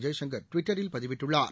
யேசணுகர் டுவிட்டரில் பதிவிட்டுள்ளார்